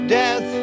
death